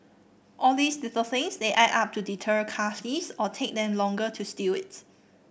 all these little things they add up to deter car thieves or take them longer to steal it